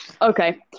Okay